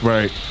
Right